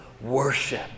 worship